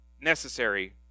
necessary